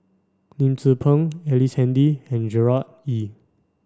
Lim Tze Peng Ellice Handy and Gerard Ee